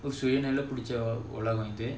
சுயநலம் புடிச்ச உலகம் இது:suyanalam pudicha ulagam ithu